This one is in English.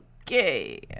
okay